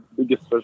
biggest